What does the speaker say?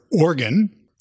organ